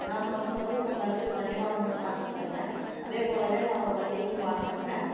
நான் முதல் முதல்ல சம்பாதிச்சு ஒரு வண்டி வாங்கிணுன்னு ஆசைப்பட்டங்க அதே போலவே நான் ஒரு வண்டியும் வாங்குனங்க